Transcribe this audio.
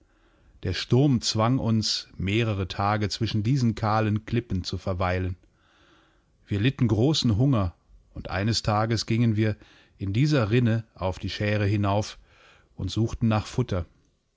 der sturm zwang uns mehrere tage zwischen diesen kahlen klippen zu verweilen wir litten großen hunger und eines tages gingen wir in dieser rinne auf die schäre hinauf und suchten nach futter